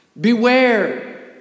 Beware